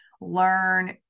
learn